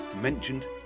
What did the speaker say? mentioned